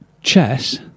chess